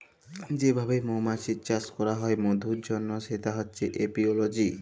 যে ভাবে মমাছির চাষ ক্যরা হ্যয় মধুর জনহ সেটা হচ্যে এপিওলজি